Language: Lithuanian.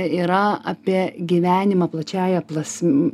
yra apie gyvenimą plačiąja plas